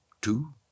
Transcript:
two